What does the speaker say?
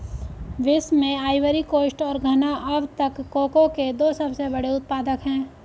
विश्व में Ivory Coast और घना अब तक कोको के दो सबसे बड़े उत्पादक है